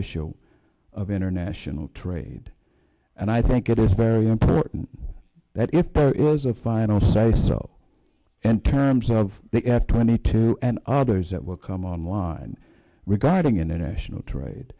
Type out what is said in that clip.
issue of international trade and i think it is very important that if there is a final size so and terms of the f twenty two and others that will come online regarding international trade